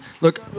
look